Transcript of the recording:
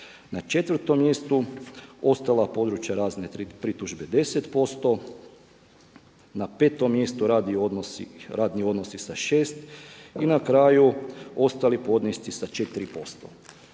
Na četvrtom mjestu ostala područja, razne pritužbe 10%. Na petom mjestu radni odnosi sa 6% i na kraju ostali podnesci sa 4%.